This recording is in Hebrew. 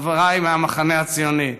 חבריי מהמחנה הציוני,